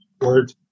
word